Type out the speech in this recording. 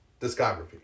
discography